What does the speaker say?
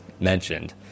mentioned